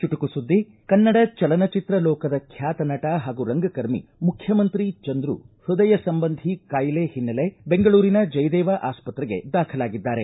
ಚುಟುಕು ಸುದ್ದಿ ಕನ್ನಡ ಚಲನಚಿತ್ರ ಲೋಕದ ಖ್ಯಾತ ನಟ ಹಾಗೂ ರಂಗಕರ್ಮಿ ಮುಖ್ಯಮಂತ್ರಿ ಚಂದ್ರು ಪೃದಯ ಸಂಬಂಧಿ ಕಾಯಿಲೆ ಓನ್ನೆಲೆಯಲ್ಲಿ ಬೆಂಗಳೂರಿನ ಜಯದೇವ ಆಸ್ಪತ್ರೆಗೆ ದಾಖಲಾಗಿದ್ದಾರೆ